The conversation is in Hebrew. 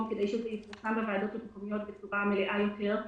כדי שזה יפורסם בוועדות המקומיות בצורה מלאה יותר,